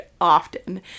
often